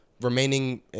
remaining